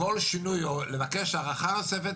כל שינוי או הארכה נוספת,